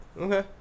Okay